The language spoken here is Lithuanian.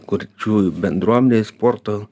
kurčiųjų bendruomenei sporto